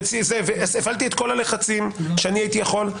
והפעלתי את כל הלחצים כשאני הייתי יכול,